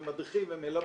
מדריכים ומלווים.